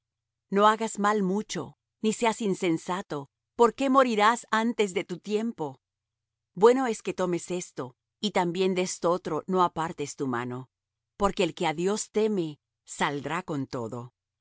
no hagas mal mucho ni seas insensato por qué morirás antes de tu tiempo bueno es que tomes esto y también de estotro no apartes tu mano porque el que á dios teme saldrá con todo